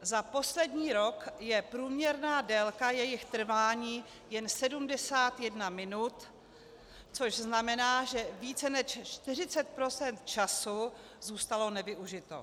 Za poslední rok je průměrná délka jejich trvání jen 71 minut, což znamená, že více než 40 % času zůstalo nevyužito.